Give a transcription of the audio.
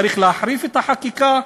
צריך להחריף את החקיקה.